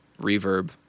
reverb